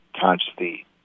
consciously